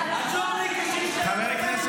אתם מימנתם חמאס ------ חברת הכנסת